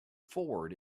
forward